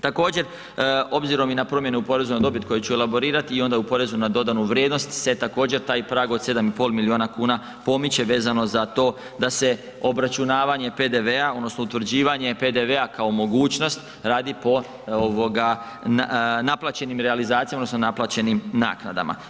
Također obzirom i na promjene u porezu na dobit koje ću elaborirati i onda u porezu na dodanu vrijednost se također taj prag od 7,5 milijuna kuna pomoče vezano za to da se obračunavanje PDV-a odnosno utvrđivanje PDV-a kao mogućnost radi po naplaćenim realizacijama odnosno naplaćenim naknadama.